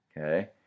Okay